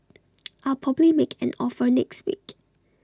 I'll probably make an offer next week